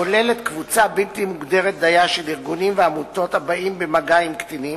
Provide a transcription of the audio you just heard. כוללת קבוצה בלתי מוגדרת דיה של ארגונים ועמותות הבאים במגע עם קטינים